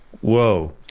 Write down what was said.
Whoa